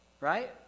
right